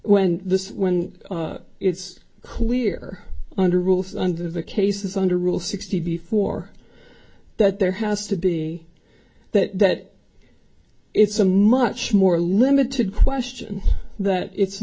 when this when it's clear under rules under the cases under rule sixty before that there has to be that it's a much more limited question that it's